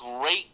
great